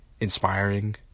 inspiring